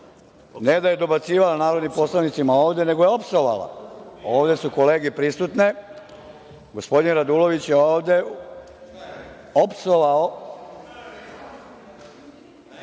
ne da je dobacivao narodnim poslanicima ovde, nego je opsovao. Ovde su kolege prisutne. Gospodin Radulović je ovde opsovao.